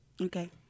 okay